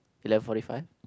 eleven forty five